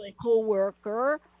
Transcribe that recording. co-worker